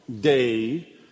day